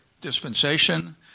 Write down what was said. dispensation